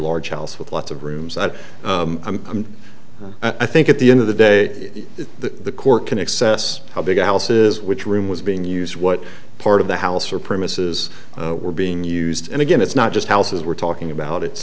large house with lots of rooms that i think at the end of the day the court can access how big houses which room was being used what part of the house or premises were being used and again it's not just houses we're talking about it's